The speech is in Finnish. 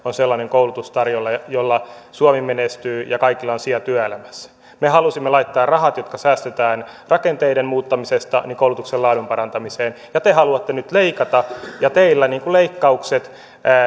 tarjolla sellainen koulutus jolla suomi menestyy ja kaikilla on sija työelämässä me halusimme laittaa rahat jotka säästetään rakenteiden muuttamisesta koulutuksen laadun parantamiseen te haluatte nyt leikata teille leikkaukset